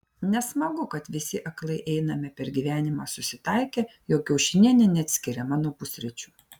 nesmagu kad visi aklai einame per gyvenimą susitaikę jog kiaušinienė neatskiriama nuo pusryčių